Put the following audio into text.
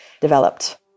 developed